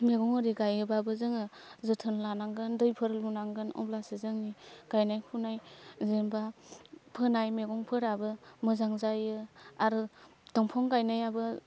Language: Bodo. मैगं आरि गाइयोबाबो जोङो जोथोन लानांगोन दैफोर लुनांगोन अब्लासो जोंनि गायनाय फुनाय जेनेबा फोनाय मेगंफोराबो मोजां जायो आरो दंफां गायनायाबो